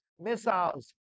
missiles